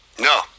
No